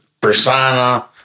persona